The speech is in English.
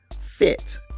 fit